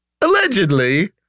allegedly